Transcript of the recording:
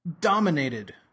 dominated